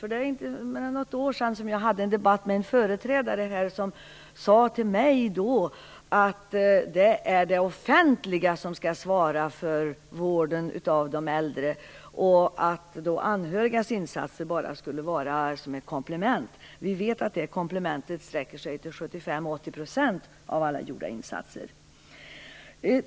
För något år sedan hade jag nämligen en debatt med en företrädare till socialministern, som då sade till mig att det är det offentliga som skall svara för vården av de äldre och att anhörigas insatser bara skall vara ett komplement. Vi vet att det komplementet utgör 75-80 % av alla insatser.